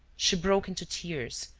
she broke into tears,